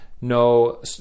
no